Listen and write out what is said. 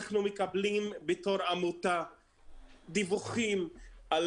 אנחנו מקבלים בתור עמותה דיווחים על